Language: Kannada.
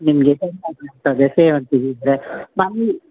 ನಿಮಗೆ ಚೆಂದ ಕಾಣ್ತದೆ ಸೇವಂತಿಗೆ ಇದ್ದರೆ ನಮ್ಮ